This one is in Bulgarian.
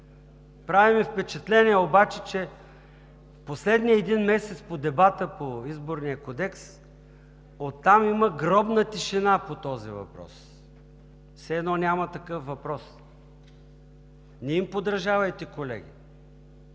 Прави ми впечатление обаче, че последният един месец по дебата по Изборния кодекс от там има гробна тишина по този въпрос, все едно няма такъв въпрос. Не им подражавайте, колеги!